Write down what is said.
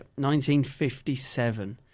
1957